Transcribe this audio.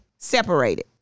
Separated